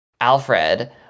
Alfred